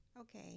Okay